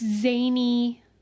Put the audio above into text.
zany